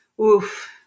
Oof